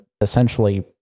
essentially